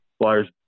Flyers